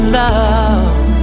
love